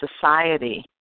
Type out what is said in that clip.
society